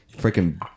freaking